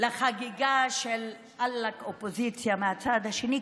לחגיגה של עלק אופוזיציה מהצד השני,